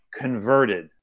converted